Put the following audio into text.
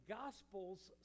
gospel's